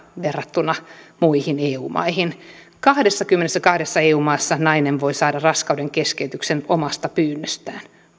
verrattuna muihin eu maihin kahdessakymmenessäkahdessa eu maassa nainen voi saada raskaudenkeskeytyksen omasta pyynnöstään